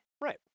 Right